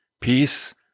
peace